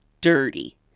dirty